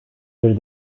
bir